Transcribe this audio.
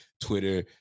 Twitter